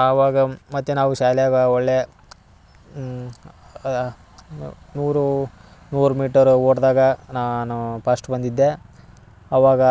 ಆವಾಗ ಮತ್ತೆ ನಾವು ಶಾಲ್ಯಾಗ ಒಳ್ಳೆಯ ನೂರು ನೂರು ಮೀಟರ್ ಓಟ್ದಾಗ ನಾನು ಪಸ್ಟ್ ಬಂದಿದ್ದೆ ಅವಾಗ